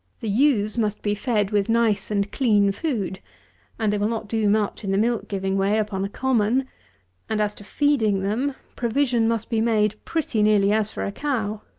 the ewes must be fed with nice and clean food and they will not do much in the milk-giving way upon a common and, as to feeding them, provision must be made pretty nearly as for a cow.